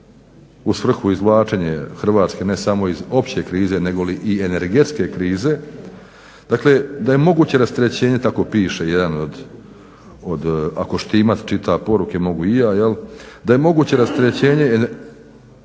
u svrhu izvlačenja Hrvatske ne samo iz opće krize negoli i energetske krize, dakle da je moguće rasterećenje, tako piše jedan od ako Štimac čita poruke mogu i ja jel', da je moguće rasterećenje